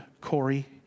Corey